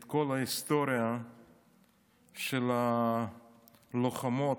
את כל ההיסטוריה של הלוחמות,